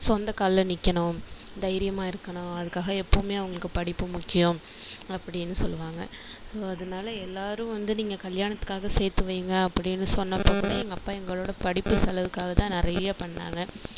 சொந்த காலில் நிற்கணும் தைரியமாக இருக்கணும் அதுக்காக எப்போவுமே அவங்களுக்கு படிப்பு முக்கியம் அப்படின்னு சொல்லுவாங்க ஸோ அதனால எல்லாரும் வந்து நீங்கள் கல்யாணத்துக்காக சேர்த்து வைங்க அப்படின்னு சொன்னா கூட எங்கள் அப்பா எங்களோட படிப்பு செலவுக்காகதான் நிறைய பண்ணாங்க